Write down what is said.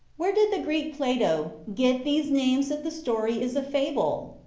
where did the greek, plato, get these names if the story is a fable?